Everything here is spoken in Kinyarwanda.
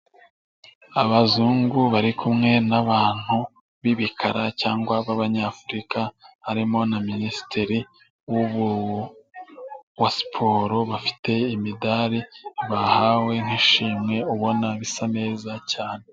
Abazungu bari kumwe n'abantu b'ibikara cyangwa se b'abanyafurika harimo na minisitiri wa siporo, bafite imidari bahawe nk'ishimwe ubona bisa neza cyane.